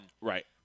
Right